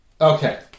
Okay